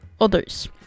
others